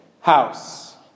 house